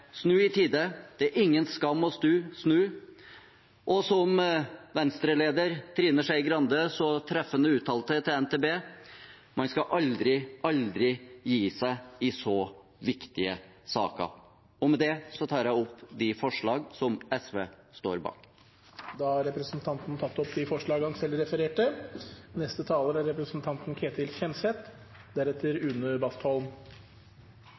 Snu i tide, det er ingen skam å snu. Som Venstre-leder Trine Skei Grande så treffende uttalte til NTB: «Man skal aldri, aldri, aldri gi seg i så viktige saker.» Med det tar jeg opp det forslaget som SV og Miljøpartiet De Grønne står bak. Representanten Lars Haltbrekken har tatt opp det forslaget han refererte til. Det er